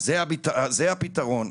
זה הפתרון פה,